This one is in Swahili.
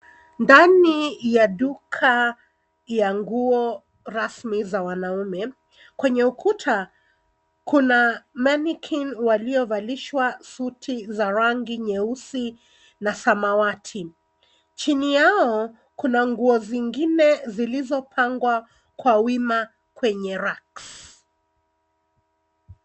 Ndani ya duka ya nguo rasmi za wanaume. Kwenye ukuta kuna mannequin waliovalishwa suti za rangi nyeusi na samawati. Chini yao kuna nguo zingine zilizopangwa kwa wima kwenye racks .